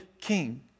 king